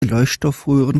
leuchtstoffröhren